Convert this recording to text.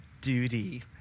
duty